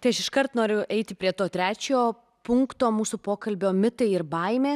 tai aš iškart noriu eiti prie to trečio punkto mūsų pokalbio mitai ir baimės